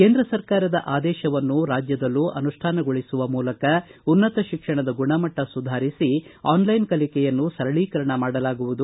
ಕೇಂದ್ರ ಸರ್ಕಾರದ ಆದೇಶವನ್ನು ರಾಜ್ಯದಲ್ಲೂ ಅನುಷ್ಟಾಗೊಳಿಸುವ ಮೂಲಕ ಉನ್ನತ ಶಿಕ್ಷಣದ ಗುಣಮಟ್ಟ ಸುಧಾರಿಸಿ ಆನ್ಲೈನ್ ಕಲಿಕೆಯನ್ನು ಸರಳೀಕರಣ ಮಾಡಲಾಗುವುದು